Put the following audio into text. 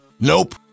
nope